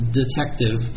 detective